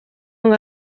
ngo